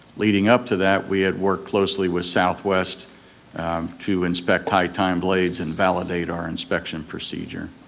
leading up to that, we had worked closely with southwest to inspect high time glades and validate our inspection procedure.